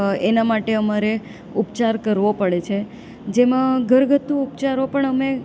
એના માટે અમારે ઉપચાર કરવો પડે છે જેમાં ઘરગથ્થુ ઉપચારો પણ અમે